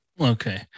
Okay